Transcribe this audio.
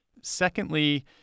Secondly